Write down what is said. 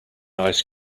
ice